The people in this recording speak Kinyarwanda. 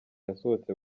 yasohotse